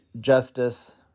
Justice